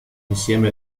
insieme